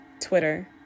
twitter